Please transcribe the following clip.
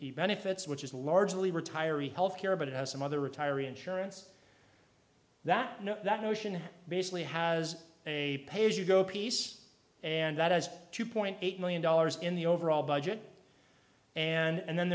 benefits which is largely retirees health care but it has some other retiree insurance that know that notion basically has a pay as you go piece and that has two point eight million dollars in the overall budget and